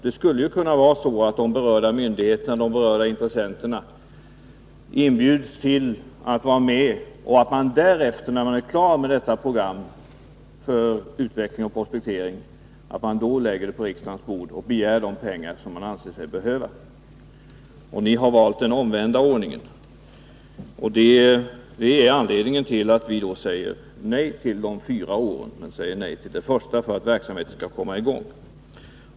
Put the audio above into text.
Det skulle kunna vara så att berörda myndigheter och intressenter inbjuds att vara med, och när man därefter är klar med programmet för utveckling och prospektering så lägger man det på riksdagens bord och begär de pengar man anser sig behöva. Ni har valt den omvända ordningen, och det är anledningen till att vi säger nej till de fyra åren, men ja till det första för att verksamheten skall komma i gång.